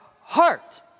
heart